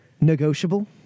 negotiable